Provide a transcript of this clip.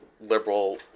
liberal